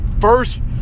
First